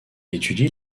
étudie